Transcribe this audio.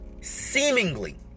seemingly